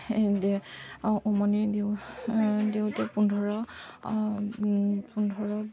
উমনি দিওঁ দিওঁতে পোন্ধৰ পোন্ধৰ